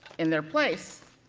in their place.